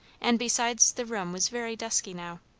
and besides the room was very dusky now.